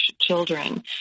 children